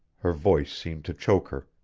her voice seemed to choke her,